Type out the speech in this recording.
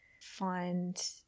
find